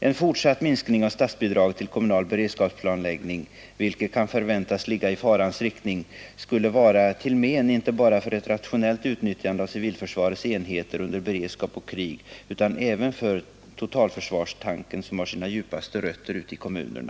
En fortsatt minskning av statsbidragen till kommunal beredskapsplanläggning — vilket kan förväntas ligga i farans riktning — skulle vara till men inte bara för ett rationellt utnyttjande av civilförsvarets enheter under beredskap och krig utan även för totalförsvarstanken, som bör ha sina djupaste rötter i kommunerna.